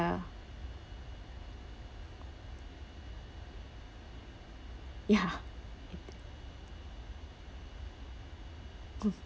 ya mm